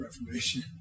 Reformation